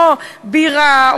לא בירה,